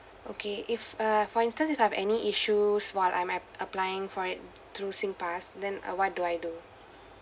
okay if uh for instance if I have any issues while I'm mig~ applying for it through Singpass then uh what do I do